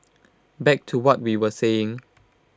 back to what we were saying